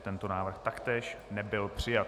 Tento návrh taktéž nebyl přijat.